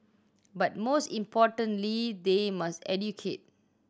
but most importantly they must educate